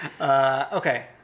Okay